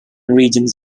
regions